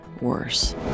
worse